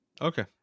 Okay